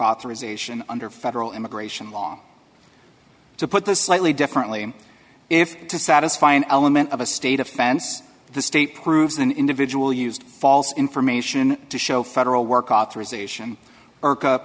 authorization under federal immigration law to put this slightly differently if to satisfy an element of a state offense the state proves an individual used false information to show federal work authorization